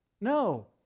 no